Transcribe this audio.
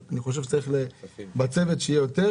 אבל אני חושב שחשוב שיינתן מענה כששולחים